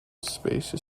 space